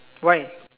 why